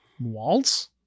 Waltz